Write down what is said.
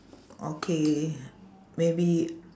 okay maybe